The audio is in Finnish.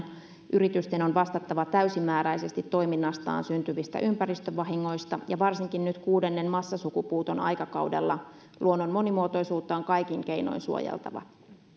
yritysten on vastattava täysimääräisesti toiminnastaan syntyvistä ympäristövahingoista ja varsinkin nyt kuudennen massasukupuuton aikakaudella luonnon monimuotoisuutta on kaikin keinoin suojeltava